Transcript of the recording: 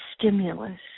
stimulus